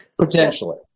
Potentially